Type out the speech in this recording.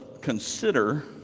consider